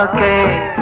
k